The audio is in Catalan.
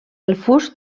dues